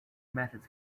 methods